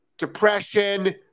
depression